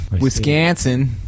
Wisconsin